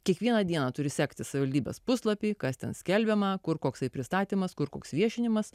kiekvieną dieną turi sekti savivaldybės puslapy kas ten skelbiama kur koksai pristatymas kur koks viešinimas